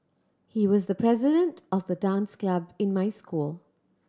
he was the president of the dance club in my school